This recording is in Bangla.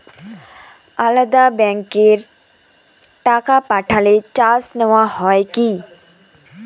আলাদা ব্যাংকে টাকা পাঠালে চার্জ নেওয়া হয় কি?